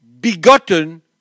begotten